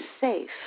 safe